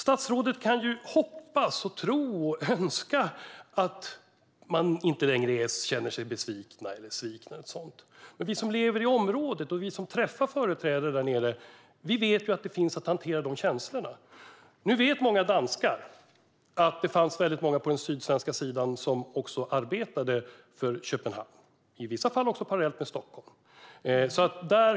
Statsrådet kan ju hoppas, tro och önska att man inte längre känner sig sviken, men vi som lever i området och träffar företrädare där nere vet ju att de känslorna finns. Nu vet många danskar att det fanns väldigt många på den sydsvenska sidan som också arbetade för Köpenhamn, i vissa fall parallellt med Stockholm.